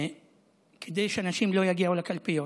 כדי שאנשים לא יגיעו לקלפיות.